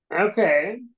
okay